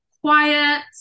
quiet